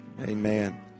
Amen